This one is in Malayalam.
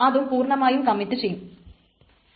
അതും പൂർണ്ണമായും കമ്മിറ്റ് ചെയ്യും